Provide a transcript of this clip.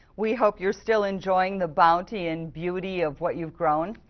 we hope you're still enjoying the bounty and beauty of what you've grown.